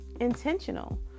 intentional